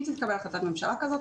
אם תתקבל החלטת ממשלה כזאת,